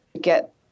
get